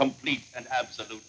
complete and absolute